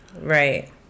Right